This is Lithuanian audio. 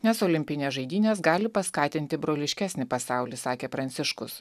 nes olimpinės žaidynės gali paskatinti broliškesnį pasaulį sakė pranciškus